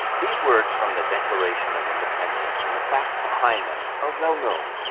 these words from the declaration of independence, and the facts behind them, are well known.